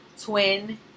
Twin